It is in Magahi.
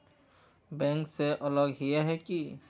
बैंक से अलग हिये है की?